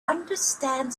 understand